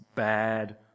Bad